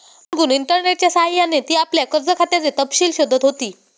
गुनगुन इंटरनेटच्या सह्याने ती आपल्या कर्ज खात्याचे तपशील शोधत होती